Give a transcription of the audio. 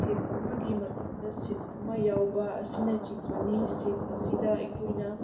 ꯁꯤꯠ ꯑꯃꯒꯤ ꯃꯊꯛꯇ ꯁꯤꯠ ꯑꯃ ꯌꯥꯎꯕ ꯑꯁꯤꯅꯆꯤꯡꯕꯅꯤ ꯁꯤꯠ ꯑꯁꯤꯗ ꯑꯩꯈꯣꯏꯅ